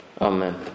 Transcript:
Amen